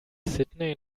sydney